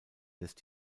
lässt